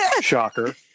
shocker